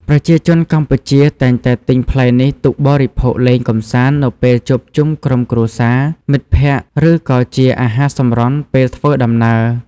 ប្រជាជនកម្ពុជាតែងតែទិញផ្លែនេះទុកបរិភោគលេងកម្សាន្តនៅពេលជួបជុំក្រុមគ្រួសារ មិត្តភក្តិ ឬក៏ជាអាហារសម្រន់ពេលធ្វើដំណើរ។